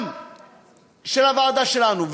גם של הוועדה שלנו,